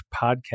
podcast